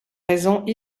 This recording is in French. raisons